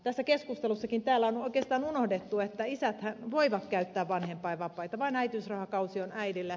tässä keskustelussakin täällä on oikeastaan unohdettu että isäthän voivat käyttää vanhempainvapaita vain äitiysrahakausi on äidille